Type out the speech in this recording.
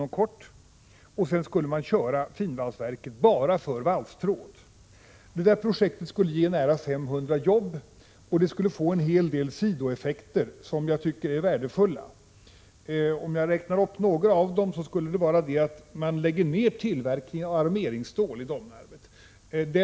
Därefter skulle finvalsverket köras bara för tillverkning av valstråd. Projektet skulle ge nästan 500 nya arbeten. Det skulle bli en hel del värdefulla sidoeffekter, t.ex. att tillverkning av armeringsstål i Domnarvet läggs ned.